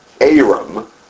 Aram